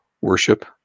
worship